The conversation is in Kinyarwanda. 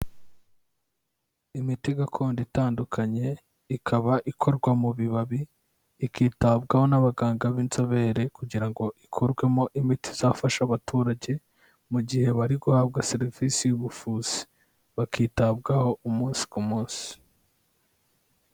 Imiti gakondo itandukanye, ikaba ikorwa mu bibabi ikitabwaho n'abaganga b'inzobere, kugira ngo ikorwemo imiti izafasha abaturage, mu gihe bari guhabwa serivisi y'ubuvuzi bakitabwaho umunsi ku munsi.